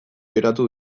geratu